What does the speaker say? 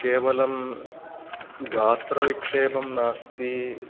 केवलं गात्रविक्षेपं नास्ति